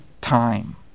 time